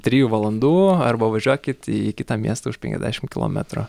trijų valandų arba važiuokit į kitą miestą už penkiasdešim kilometrų